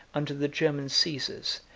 under the german caesars,